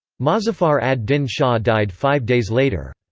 mozaffar ad-din shah died five days later.